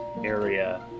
area